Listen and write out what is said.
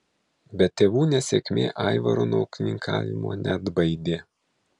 bet tėvų nesėkmė aivaro nuo ūkininkavimo neatbaidė